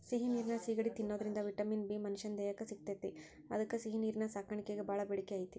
ಸಿಹಿ ನೇರಿನ ಸಿಗಡಿ ತಿನ್ನೋದ್ರಿಂದ ವಿಟಮಿನ್ ಬಿ ಮನಶ್ಯಾನ ದೇಹಕ್ಕ ಸಿಗ್ತೇತಿ ಅದ್ಕ ಸಿಹಿನೇರಿನ ಸಾಕಾಣಿಕೆಗ ಬಾಳ ಬೇಡಿಕೆ ಐತಿ